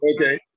okay